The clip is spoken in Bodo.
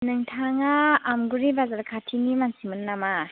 नोंथाङा आमगुरि बाजार खाथिनि मानसिमोन नामा